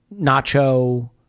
Nacho